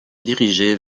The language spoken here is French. diriger